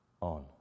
on